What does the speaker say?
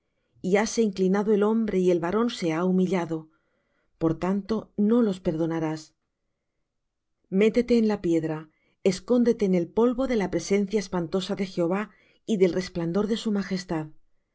y hase inclinado el hombre y el varón se ha humillado por tanto no los perdonarás métete en la piedra escóndete en el polvo de la presencia espantosa de jehová y del resplandor de su majestad